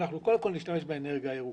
אנחנו קודם כל נשתמש באנרגיה הירוקה.